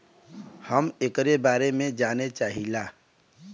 हम एकरे बारे मे जाने चाहीला?